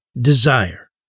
desire